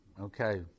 Okay